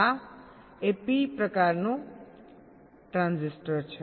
આ એ પી પ્રકારનું ટ્રાન્ઝિસ્ટર છે